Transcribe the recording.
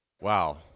wow